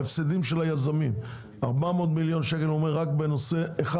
ההפסדים של היזמים 400 מיליון שקל רק בנושא אחד.